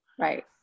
right